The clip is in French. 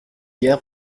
guère